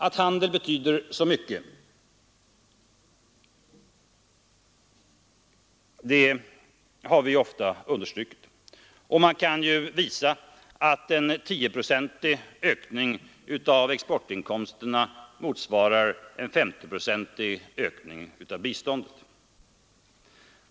Att handel betyder mycket har vi ofta understrukit. Man kan visa att en 10-procentig ökning av exportinkomsterna motsvarar en 50-procentig ökning av biståndet.